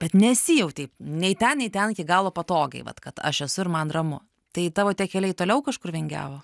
bet nesijautei nei ten nei ten iki galo patogiai vat kad aš esu ir man ramu tai tavo tie keliai toliau kažkur vingiavo